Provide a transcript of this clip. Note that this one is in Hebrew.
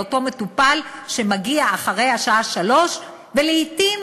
לאותו מטופל שמגיע אחרי השעה 15:00 ולעתים